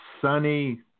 Sunny